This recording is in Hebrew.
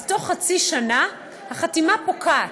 אז תוך חצי שנה החתימה פוקעת.